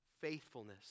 faithfulness